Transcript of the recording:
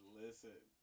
listen